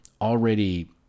already